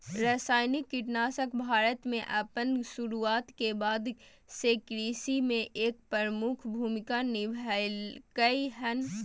रासायनिक कीटनाशक भारत में अपन शुरुआत के बाद से कृषि में एक प्रमुख भूमिका निभलकय हन